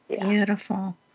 Beautiful